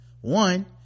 One